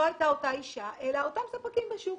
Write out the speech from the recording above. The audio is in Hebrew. הייתה אותה אישה אלא אותם ספקים בשוק.